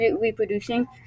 reproducing